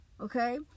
okay